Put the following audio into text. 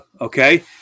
okay